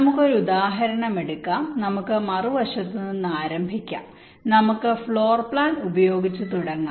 നമുക്ക് ഒരു ഉദാഹരണം എടുക്കാം നമുക്ക് മറുവശത്ത് നിന്ന് ആരംഭിക്കാം നമുക്ക് ഫ്ലോർ പ്ലാൻ ഉപയോഗിച്ച് തുടങ്ങാം